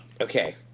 Okay